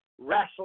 Wrestling